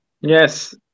Yes